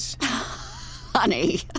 Honey